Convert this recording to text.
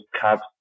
cups